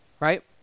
right